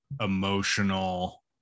emotional